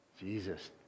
Jesus